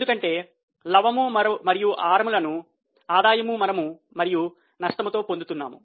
ఎందుకంటే లవము మరియు హారములను ఆదాయము మరియు నష్టంతో పొందుతున్నాం